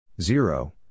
zero